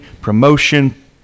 promotion